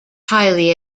highly